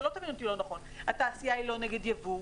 שלא תבינו אותי לא נכון, התעשייה לא נגד ייבוא,